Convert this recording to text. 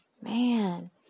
man